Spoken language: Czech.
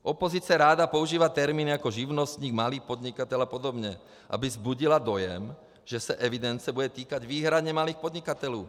Opozice ráda používá termín jako živnostník, malý podnikatel apod., aby vzbudila dojem, že se evidence bude týkat výhradně malých podnikatelů.